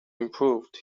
improved